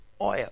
Oil